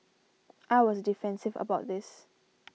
I was defensive about this